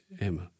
Emma